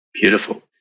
Beautiful